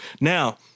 now